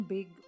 Big